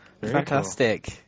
Fantastic